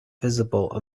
visible